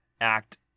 Act